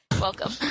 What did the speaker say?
Welcome